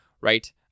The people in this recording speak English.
right